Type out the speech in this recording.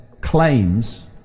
claims